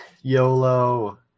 YOLO